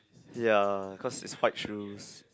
ya cause it's fight shoes